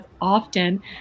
often